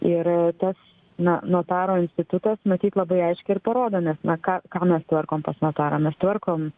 ir tas na notaro institutas matyt labai aiškiai ir parodo nes mes ką ką mes tvarkom pas notarą mes tvarkom